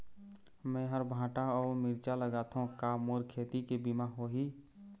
मेहर भांटा अऊ मिरचा लगाथो का मोर खेती के बीमा होही?